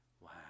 Wow